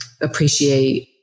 appreciate